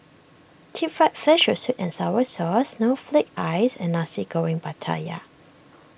Deep Fried Fish with Sweet and Sour Sauce Snowflake Ice and Nasi Goreng Pattaya